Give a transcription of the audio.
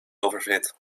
oververhit